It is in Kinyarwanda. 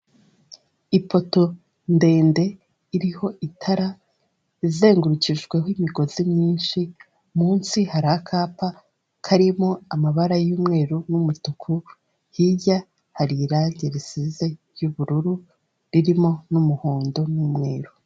Ipoto ndende iriho itara izengurukijweho imigozi myinshi, munsi hari akapa karimo amabara y'umweru n'umutuku, hirya hari irangi risize ry'ubururu ririmo n'umuhondo n'umweru.